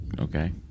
okay